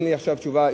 אין לי עכשיו תשובה,